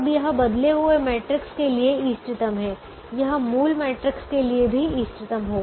अब यह बदले हुए मैट्रिक्स के लिए इष्टतम है यह मूल मैट्रिक्स के लिए भी इष्टतम होगा